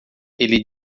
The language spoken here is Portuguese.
ele